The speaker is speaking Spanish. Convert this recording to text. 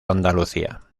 andalucía